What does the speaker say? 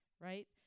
right